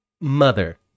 Mother